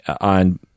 on